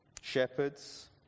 shepherds